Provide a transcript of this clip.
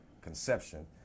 conception